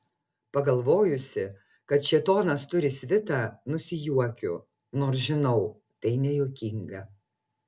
pagalvojusi kad šėtonas turi svitą nusijuokiu nors žinau tai nejuokinga